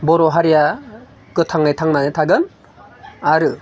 बर' हारिया गोथाङै थांनानै थागोन आरो